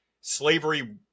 slavery